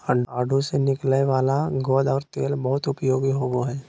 आडू से निकलय वाला गोंद और तेल बहुत उपयोगी होबो हइ